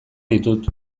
ditut